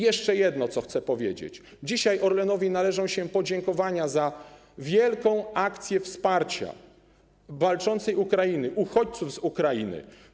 Jeszcze jedno, chcę powiedzieć, że dzisiaj Orlenowi należą się podziękowania za wielką akcję wsparcia walczącej Ukrainy, uchodźców z Ukrainy.